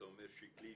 אתה אומר שקלי,